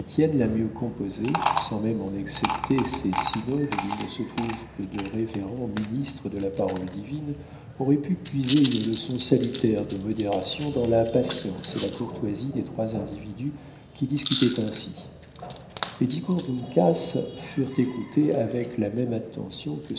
la mieux composée sans même en excepter ces synodes où il ne se trouve que de révérends ministres de la parole divine aurait pu puiser une leçon salutaire de modération dans la patience et la courtoisie des trois individus qui discutaient ainsi les discours d'uncas furent écoutés avec la même attention que